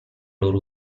loro